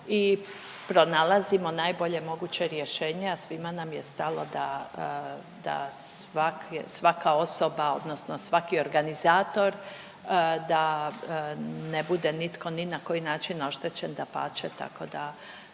i pronalazimo najbolje moguće rješenje, a svima nam je stalo da svake, svaka osoba, odnosno svaki organizator da ne bude nitko ni na koji način oštećen, dapače, tako da